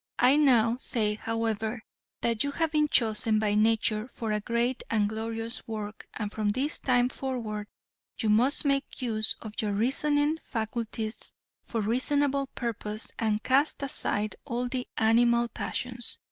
i now say however that you have been chosen by nature for a great and glorious work and from this time forward you must make use of your reasoning faculties for reasonable purposes and cast aside all the animal passions,